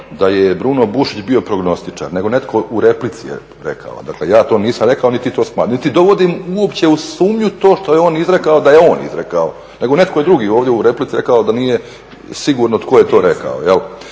da je Bruno Bušić bio prognostičar nego netko u replici je rekao, dakle ja to nisam rekao niti to, niti dovodim uopće u sumnju to što je on izrekao da je on izrekao. Nego netko drugi je ovdje u replici rekao da nije sigurno tko je to rekao.